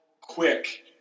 quick